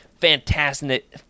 fantastic